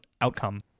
outcome